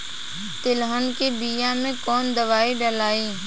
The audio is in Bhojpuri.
तेलहन के बिया मे कवन दवाई डलाई?